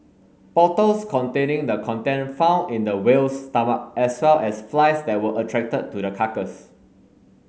bottles containing the content found in the whale's stomach as well as flies that were attracted to the carcass